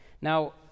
Now